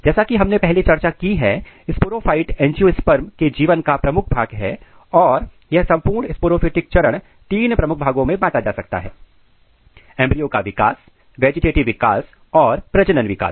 जैसा कि हमने पहले चर्चा की है की स्पोरोफाइट एंजियोस्पर्म के जीवन का प्रमुख भाग है और यह संपूर्ण स्पोरोफिटिक चरण तीन प्रमुख भागों में बांटा जा सकता है एंब्रियो का विकास वेजिटेटिव विकास और प्रजनन विकास